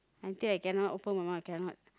until I cannot open my mouth I cannot